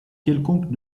quelconque